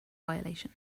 violation